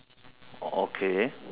oh okay